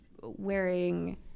wearing